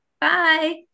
Bye